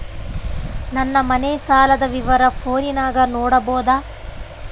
ನನ್ನ ಮನೆ ಸಾಲದ ವಿವರ ಫೋನಿನಾಗ ನೋಡಬೊದ?